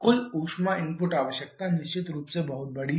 कुल ऊष्मा इनपुट आवश्यकता निश्चित रूप से बहुत बड़ी है